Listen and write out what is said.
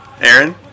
Aaron